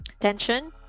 tension